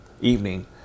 evening